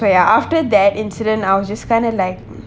wait ya after that incident I was just kind of like